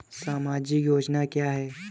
सामाजिक योजना क्या है?